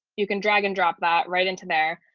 you can drag and drop that right into there.